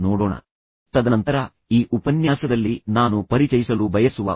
ಇನ್ನೊಂದು ಆಯ್ಕೆಯು ಅವರಿಗೆ ಒಟ್ಟಿಗೆ ಪ್ರಯಾಣಿಸಲು ಯೋಜಿಸಲು ಸಹಾಯ ಮಾಡುವುದು